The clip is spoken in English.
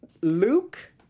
Luke